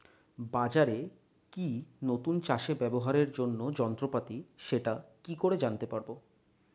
বাজারে কি নতুন চাষে ব্যবহারের জন্য যন্ত্রপাতি সেটা কি করে জানতে পারব?